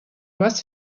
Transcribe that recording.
was